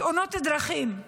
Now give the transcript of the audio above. תאונות הדרכים.